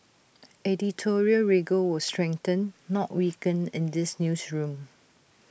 editorial rigour will strengthen not weaken in this newsroom